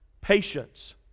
patience